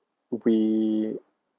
we